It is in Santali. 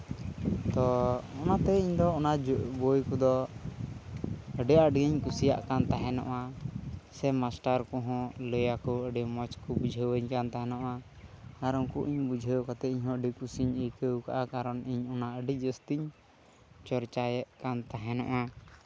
ᱛᱚ ᱚᱱᱟᱛᱮ ᱤᱧ ᱫᱚ ᱚᱱᱟ ᱵᱳᱭ ᱠᱚᱫᱚ ᱟᱹᱰᱤ ᱟᱸᱴ ᱜᱮᱧ ᱠᱩᱥᱤᱭᱟ ᱠᱟᱱ ᱛᱟᱦᱮᱱᱚᱜᱼᱟ ᱥᱮ ᱢᱟᱥᱴᱟᱨ ᱠᱚᱦᱚᱸ ᱞᱟᱹᱭᱟᱠᱚ ᱟᱹᱰᱤ ᱢᱚᱡᱽ ᱠᱚ ᱵᱩᱡᱷᱟᱹᱣᱟᱧ ᱠᱟᱱ ᱛᱟᱦᱮᱱᱚᱜᱼᱟ ᱟᱨ ᱩᱱᱠᱩ ᱤᱧ ᱵᱩᱡᱷᱟᱹᱣ ᱠᱟᱛᱮ ᱤᱧ ᱦᱚᱸ ᱟᱹᱰᱤ ᱠᱩᱥᱤᱧ ᱟᱹᱭᱠᱟᱹᱣ ᱠᱟᱜᱼᱟ ᱠᱟᱨᱚᱱ ᱤᱧ ᱚᱱᱟ ᱟᱹᱰᱤ ᱡᱟᱹᱥᱛᱤᱧ ᱪᱚᱨᱪᱟᱭᱮᱫ ᱠᱟᱱ ᱛᱟᱦᱮᱱᱚᱜᱼᱟ